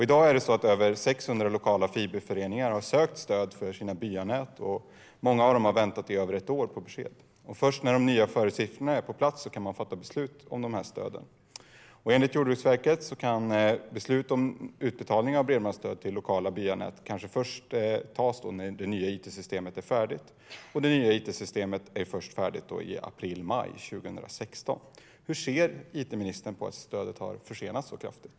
I dag är det över 600 lokala fiberföreningar som har sökt stöd för sina byanät, och många av dem har väntat i över ett år på besked. Men först när de nya föreskrifterna är på plats kan man fatta beslut om stöden. Enligt Jordbruksverket kan beslut om utbetalning av bredbandsstöd till lokala byanät kanske först tas när det nya it-systemet är färdigt. Det nya it-systemet är färdigt först i april-maj 2016. Hur ser it-ministern på att stödet har försenats så kraftigt?